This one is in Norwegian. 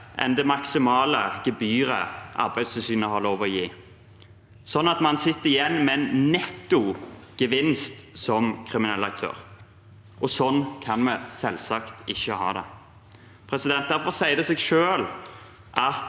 enn det maksimale gebyret Arbeidstilsynet har lov til å gi, slik at man sitter igjen med en netto gevinst som kriminell aktør. Slik kan vi selvsagt ikke ha det. Derfor sier det seg selv at